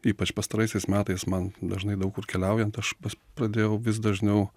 ypač pastaraisiais metais man dažnai daug kur keliaujant aš ps pradėjau vis dažniau